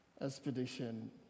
expedition